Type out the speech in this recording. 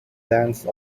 dance